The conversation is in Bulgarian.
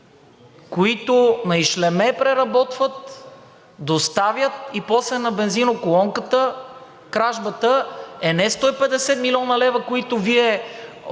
които на ишлеме преработват, доставят и после на бензиноколонката кражбата е не 150 млн. лв., които Вие от